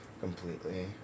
completely